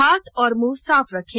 हाथ और मुंह साफ रखें